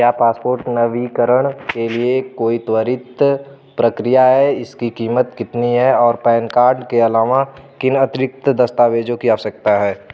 क्या पासपोर्ट नवीकरण के लिए कोई त्वरित प्रक्रिया है इसकी कीमत कितनी है और पैन कार्ड के अलावा किन अतिरिक्त दस्तावेज़ों की आवश्यकता है